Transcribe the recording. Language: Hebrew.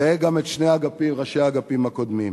ראה גם את שני ראשי האגפים הקודמים.